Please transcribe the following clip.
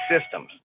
systems